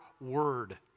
word